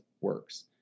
works